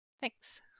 thanks